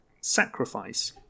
Sacrifice